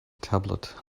tablet